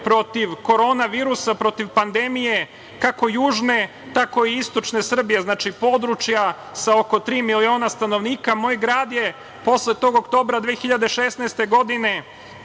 protiv korona virusa, protiv pandemije, kako južne, tako i istočne Srbije. Znači, područja sa oko tri miliona stanovnika moj grad je posle tog oktobra 2016. godine,